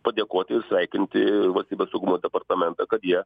padėkoti ir sveikinti valstybės saugumo departamentą kad jie